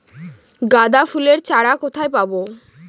গাঁদা ফুলের চারা কোথায় পাবো?